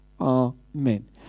Amen